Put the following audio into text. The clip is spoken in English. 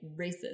racist